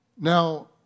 Now